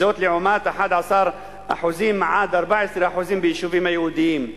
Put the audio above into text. לעומת 11% 14% ביישובים היהודיים.